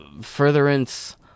Furtherance